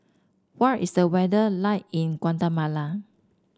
what is the weather like in Guatemala